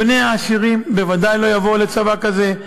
בני העשירים בוודאי לא יבואו לצבא כזה.